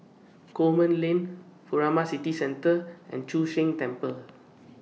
Coleman Lane Furama City Centre and Chu Sheng Temple